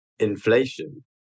inflation